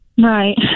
Right